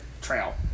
trail